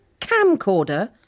camcorder